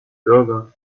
bürger